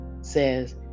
says